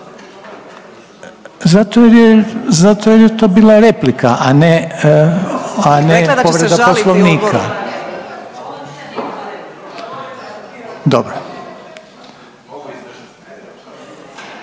Zato jer je to bila replika, a ne povreda Poslovnika.